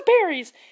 berries